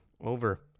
over